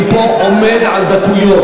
אני פה עומד על דקויות.